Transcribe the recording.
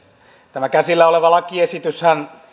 tämä käsillä oleva lakiesityshän